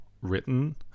written